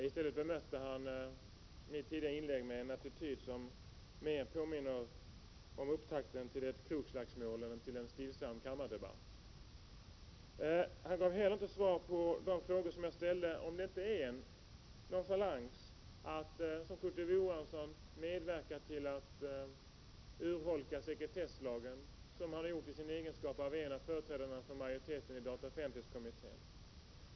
I stället bemötte han mitt inlägg med en attityd som påminner mer om upptakten till ett krogslagsmål än till en stillsam kammardebatt. Han gav inte heller svar på de frågor som jag ställde huruvida det inte är nonchalans att som, Kurt Ove Johansson gör, medverka till att urholka sekretesslagen, vilket han har gjort i sin egenskap av företrädare för majoriteten i dataoch offentlighetskommittén.